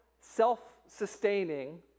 self-sustaining